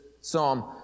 psalm